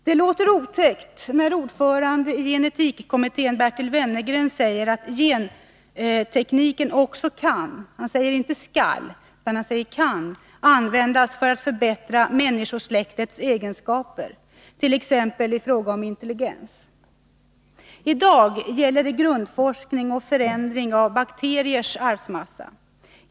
Det låter otäckt när ordföranden i gen-etikkommittén, Bertil Wennergren, säger att gentekniken också kan — man säger inte skall — användas för att förbättra människosläktets egenskaper, t.ex. i fråga om intelligens. I dag gäller det grundforskning och förändring av bakteriers arvsmassa.